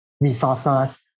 resources